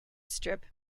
strip